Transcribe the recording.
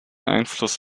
einfluss